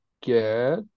get